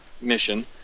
mission